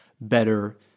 better